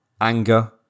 anger